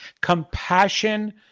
compassion